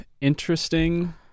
interesting